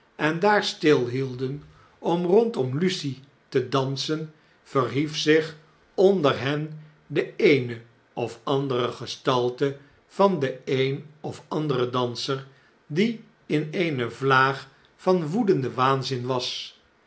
en daar stilhielden om rondom lucie te dansen verhief zich onder hen de eene of andere gestalte van den een of anderen danser die in eene vlaag van woedenden waanzin was